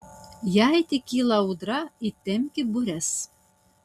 jei tik kyla audra įtempki bures